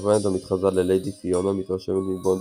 הסוכנת המתחזה לליידי פיונה מתרשמת מבונד